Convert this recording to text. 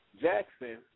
Jackson